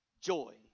joy